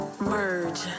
merge